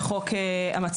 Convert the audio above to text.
זה חוק המצלמות.